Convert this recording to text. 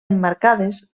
emmarcades